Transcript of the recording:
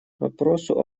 вопросу